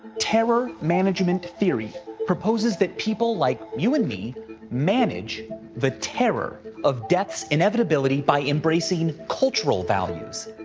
terror management theory proposes that people like you and me manage the terror of death's inevitability by embracing cultural values.